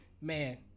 man